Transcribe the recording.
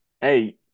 Hey